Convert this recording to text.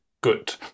good